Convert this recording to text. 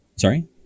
Sorry